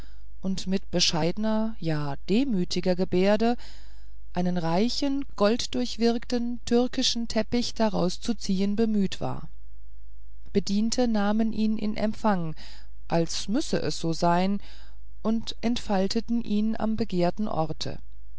und mit bescheidener ja demütiger gebärde einen reichen golddurchwirkten türkischen teppich daraus zu ziehen bemüht war bediente nahmen ihn in empfang als müsse es so sein und entfalteten ihn am begehrten orte